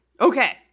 Okay